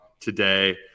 today